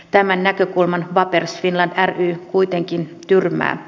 tämän näkökulman vapers finland ry kuitenkin tyrmää